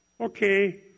okay